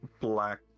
black